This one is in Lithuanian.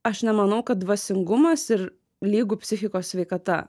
aš nemanau kad dvasingumas ir lygu psichikos sveikata